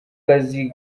kazi